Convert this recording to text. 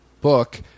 book